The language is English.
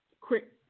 quick